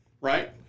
right